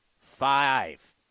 five